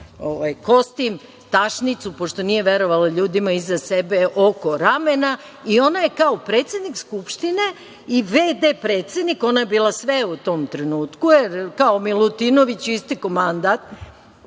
kostim, tašnicu, pošto nije verovala ljudima iza sebe, oko ramena i ona je kao predsednik Skupštine i v.d. predsednik, ona je bila sve u tom trenutku, jer kao Milutinoviću je istekao mandata,